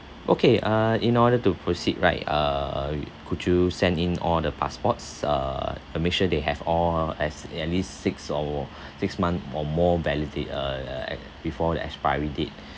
okay uh in order to proceed right uh could you send in all the passports uh uh make sure they have all as at least six or six months or more validate uh uh before the expiry date